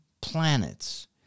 planets